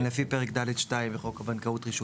כן, לפי פרק ד'2 לחוק הבנקאות (רישוי).